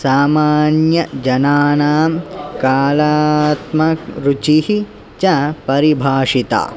सामान्यजनानां कलात्मरुचिः च परिभाषिता